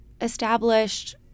established